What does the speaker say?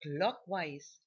clockwise